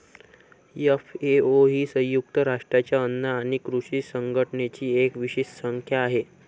FAO ही संयुक्त राष्ट्रांच्या अन्न आणि कृषी संघटनेची एक विशेष संस्था आहे